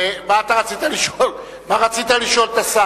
מה רצית לשאול את השר?